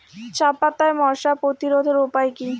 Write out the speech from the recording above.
চাপাতায় মশা প্রতিরোধের উপায় কি?